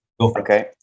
okay